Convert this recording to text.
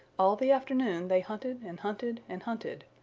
all the afternoon they hunted and hunted and hunted,